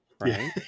Right